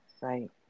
Right